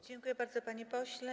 Dziękuję bardzo, panie pośle.